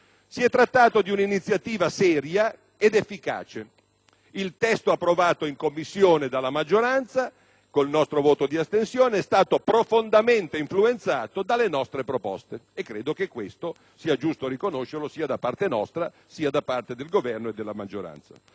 Si è trattato di un'iniziativa seria ed efficace. Il testo approvato in Commissione dalla maggioranza, con il nostro voto di astensione, è stato profondamente influenzato dalle nostre proposte, e credo che questo sia giusto riconoscerlo, sia da parte nostra che da parte del Governo e della maggioranza.